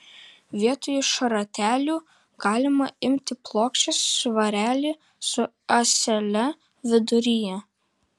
vietoj šratelių galima imti plokščią svarelį su ąsele viduryje